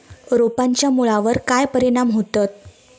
रोपांच्या मुळावर काय परिणाम होतत?